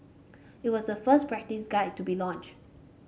it was the first best practice guide to be launched